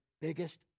biggest